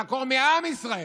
לעקור מעם ישראל.